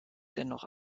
dennoch